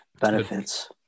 benefits